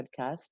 podcast